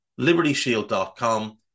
libertyshield.com